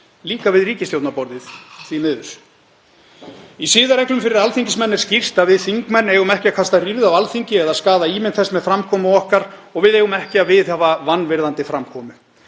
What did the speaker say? líka við ríkisstjórnarborðið, því miður. Í siðareglum fyrir alþingismenn er skýrt að við þingmenn eigum ekki að kasta rýrð á Alþingi eða skaða ímynd þess með framkomu okkar og við eigum ekki að viðhafa vanvirðandi framkomu.